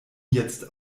jetzt